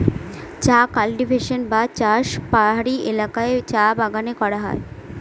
চা কাল্টিভেশন বা চাষ পাহাড়ি এলাকায় চা বাগানে করা হয়